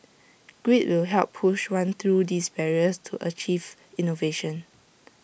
grit will help push one through these barriers to achieve innovation